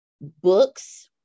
books